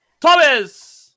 Thomas